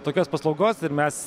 tokios paslaugos ir mes